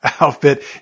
outfit